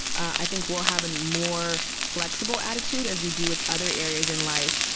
i think we'll have a more flexible attitude, as we do with other areas in life,